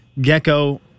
Gecko